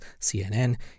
CNN